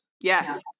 Yes